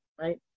right